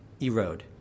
erode